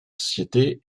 société